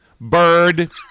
Bird